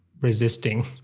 resisting